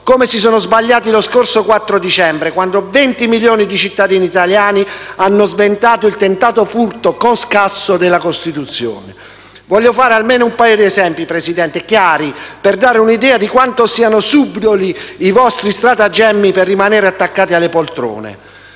come si sono sbagliati lo scorso 4 dicembre, quando 20 milioni di cittadini hanno sventato il tentato furto, con scasso, della Costituzione. Signor Presidente, voglio fare almeno un paio di esempi chiari, per dare un'idea di quanto siano subdoli i vostri stratagemmi per rimanere attaccati alle poltrone: